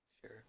Sure